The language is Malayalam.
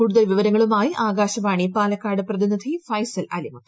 കൂടുതൽ വിവരങ്ങളുമായി ആകാശവാണി പാലക്കാട് പ്രതിനിധി ഫൈസൽ അലിമുത്ത്